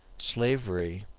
slavery,